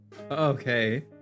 Okay